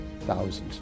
thousands